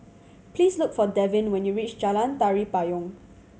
please look for Devyn when you reach Jalan Tari Payong